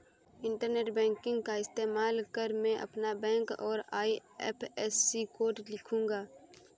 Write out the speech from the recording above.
internet banking का इस्तेमाल कर मैं अपना बैंक और आई.एफ.एस.सी कोड लिखूंगा